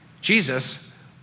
Jesus